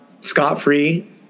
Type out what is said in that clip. scot-free